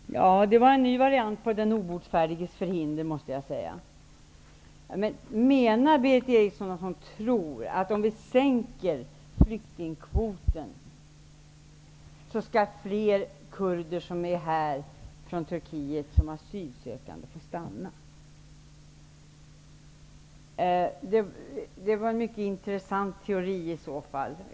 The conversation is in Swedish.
Herr talman! Det var en ny variant på den obotfärdiges förhinder. Menar Berith Eriksson att hon tror att om vi sänker flyktingkvoten skall fler kurder från Turkiet som är här som asylsökande få stanna? Det var en mycket intressant teori i så fall.